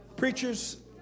Preachers